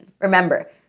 Remember